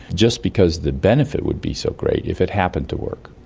just because the benefit would be so great if it happened to work.